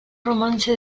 romance